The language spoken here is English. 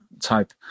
type